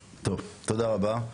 טוב, תודה רבה.